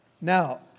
Now